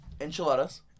Enchiladas